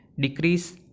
decrease